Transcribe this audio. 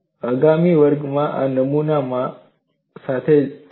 અને આગામી વર્ગમાં આ નમૂના સાથે આવો